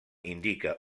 indica